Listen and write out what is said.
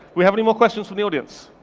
we have any more questions from the audience?